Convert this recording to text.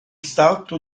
salto